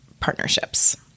partnerships